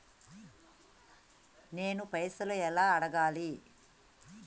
నేను పైసలు ఎలా అడగాలి?